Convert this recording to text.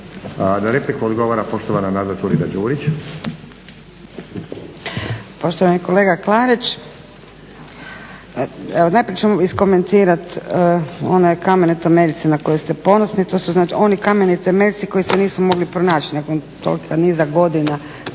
Na repliku odgovara poštovana Nada Turina-Đurić. **Turina-Đurić, Nada (HNS)** Poštovani kolega Klarić evo najprije ću vam iskomentirati one kamene temeljce na koje ste ponosni, to su znači oni kameni temeljci koji se nisu mogli pronaći nakon tolikog niza godina